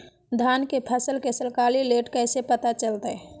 धान के फसल के सरकारी रेट कैसे पता चलताय?